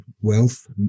Wealth